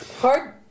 Hard